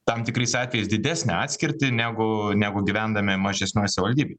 tam tikrais atvejais didesnę atskirtį negu negu gyvendami mažesnioj savivaldybėj